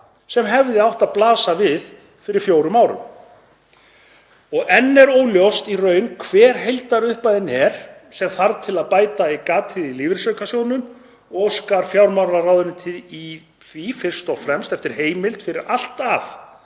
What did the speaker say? sem hefði átt að blasa við fyrir hátt í fjórum árum. Og enn er óljóst í raun hver heildarupphæðin er sem þarf til að bæta gatið í lífeyrisaukasjóðnum og óskar fjármálaráðuneytið því fyrst og fremst eftir heimild fyrir allt að